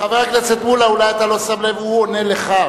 חבר הכנסת מולה, אולי אתה לא שם לב, הוא עונה לך.